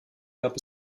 gab